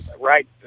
right